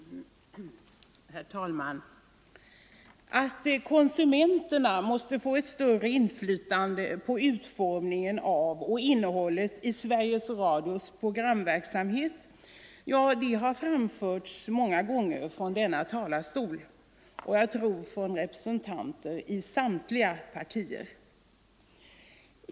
Herr talman! Att konsumenterna måste få ett större inflytande på utformningen av och innehållet i Sveriges Radios programverksamhet, det kravet har framförts många gånger från denna talarstol och jag tror från representanter för samtliga partier.